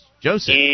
Joseph